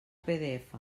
pdf